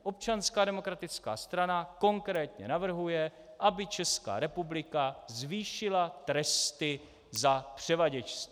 Občanská demokratická strana konkrétně navrhuje, aby Česká republika zvýšila tresty za převaděčství.